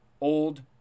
old